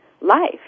life